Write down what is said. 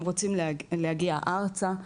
הם רוצים להגיע ארצה,